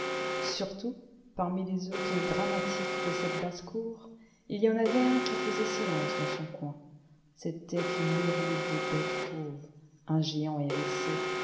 surtout parmi les hôtes dramatiques de cette basse-cour il y en avait un qui faisait silence dans son coin c'était une horrible bête fauve un géant hérissé